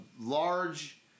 large